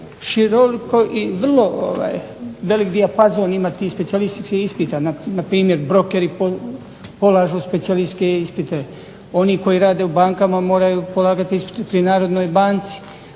široliko i vrlo velik dijapazon imati iz specijalističkih ispita na primjer brokeri polažu specijalističke ispite. Oni koji rade u bankama moraju polagati ispite pri Narodnoj banci.